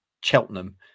Cheltenham